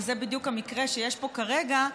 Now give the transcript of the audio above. וזה בדיוק המקרה שיש פה כרגע,